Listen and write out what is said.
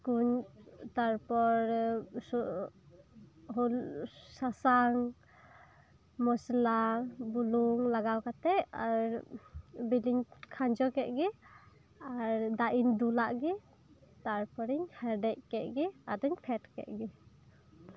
ᱠᱚᱧ ᱛᱟᱨᱯᱚᱨ ᱦᱚᱞᱩᱫᱽ ᱥᱟᱥᱟᱝ ᱢᱚᱥᱞᱟ ᱵᱩᱞᱩᱝ ᱞᱟᱜᱟᱣ ᱠᱟᱛᱮᱫ ᱟᱨ ᱵᱤᱞᱤᱧ ᱠᱷᱟᱸᱡᱚ ᱠᱮᱫ ᱜᱮ ᱟᱨ ᱫᱟᱜ ᱤᱧ ᱫᱩᱞᱟᱫ ᱜᱮ ᱛᱟᱨᱯᱚᱨᱮᱧ ᱦᱮᱰᱮᱡᱽ ᱠᱮᱫ ᱜᱮ ᱟᱫᱚᱧ ᱯᱷᱮᱰ ᱠᱮᱫ ᱜᱮ